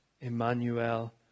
Emmanuel